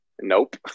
Nope